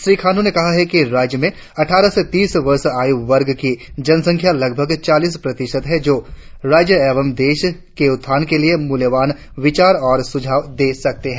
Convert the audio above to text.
श्री खांड्र ने कहा है कि राज्य में अठठारह से तीस वर्ष आयु वर्ग की जनसंख्या लगभग चालीस प्रतिशत है जो राज्य एवं देश के उत्थान के लिए मुल्यवान विचार और सुझाव दे सकते है